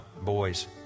boys